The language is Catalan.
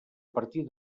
partir